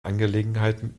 angelegenheiten